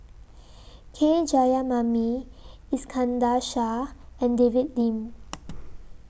K Jayamani Iskandar Shah and David Lim